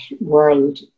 world